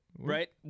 Right